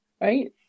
right